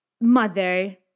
mother